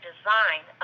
design